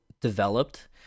developed